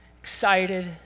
excited